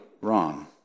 wrong